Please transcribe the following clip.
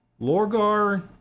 Lorgar